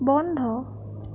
বন্ধ